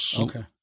Okay